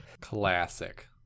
Classic